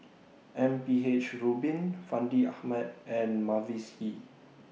M P H Rubin Fandi Ahmad and Mavis Hee